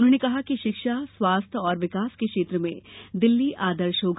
उन्होंने कहा कि शिक्षा स्वास्थ्य और विकास के क्षेत्र में दिल्ली आदर्श होगा